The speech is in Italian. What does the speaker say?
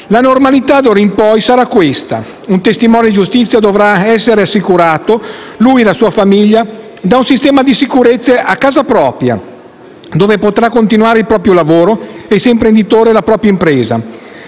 La normalità d'ora in poi sarà questa: un testimone di giustizia dovrà essere assicurato (lui e la sua famiglia) da un sistema di sicurezze a casa propria, dove potrà continuare il proprio lavoro e, se è un imprenditore, la propria impresa.